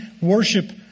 worship